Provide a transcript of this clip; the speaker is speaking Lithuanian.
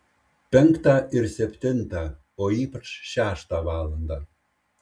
penktą ir septintą o ypač šeštą valandą